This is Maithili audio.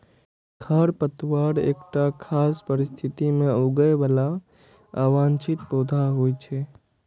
खरपतवार एकटा खास परिस्थिति मे उगय बला अवांछित पौधा होइ छै